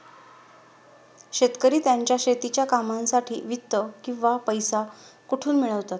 शेतकरी त्यांच्या शेतीच्या कामांसाठी वित्त किंवा पैसा कुठून मिळवतात?